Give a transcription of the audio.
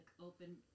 open